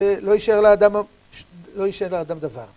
ולא יישאר לאדם דבר